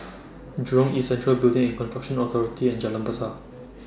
Jurong East Central Building and Construction Authority and Jalan Besar